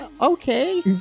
okay